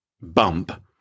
bump